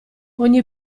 ogni